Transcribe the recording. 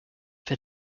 for